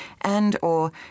and/or